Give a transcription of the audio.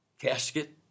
casket